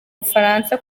bufaransa